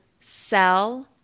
sell